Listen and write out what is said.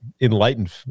enlightened